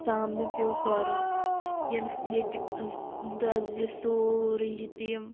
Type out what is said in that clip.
سامنہٕ پیٚو کَرُن ییٚتہِ دَزِ یہِ سورٕے ییٚتہِ یِم